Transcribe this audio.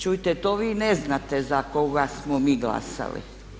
Čujte vi to ne znate za koga smo mi glasali.